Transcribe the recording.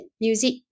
music